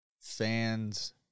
fans